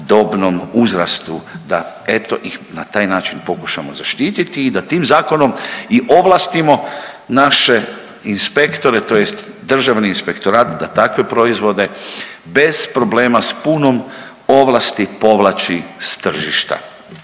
dobnom uzrastu da eto ih na taj način pokušamo zaštititi i da tim zakonom i ovlastimo naše inspektore tj. Državni inspektorat da takve proizvode bez problema s punom ovlasti povlači s tržišta.